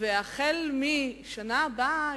ומהשנה הבאה